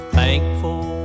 thankful